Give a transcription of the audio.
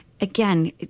Again